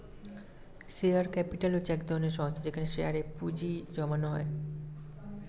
share capital হচ্ছে এক ধরনের সংস্থা যেখানে শেয়ারে এ পুঁজি জমানো হয়